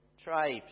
tribes